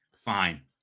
fine